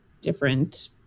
different